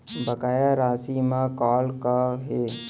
बकाया राशि मा कॉल का हे?